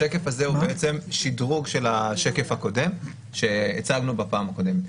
השקף הזה הוא שדרוג של השקף שהצגנו בפעם הקודמת.